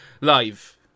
live